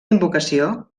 invocació